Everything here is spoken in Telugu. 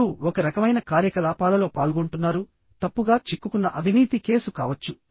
మీరు ఒక రకమైన కార్యకలాపాలలో పాల్గొంటున్నారుతప్పుగా చిక్కుకున్న అవినీతి కేసు కావచ్చు